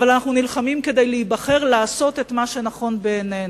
אבל אנחנו נלחמים כדי להיבחר לעשות את מה שנכון בעינינו.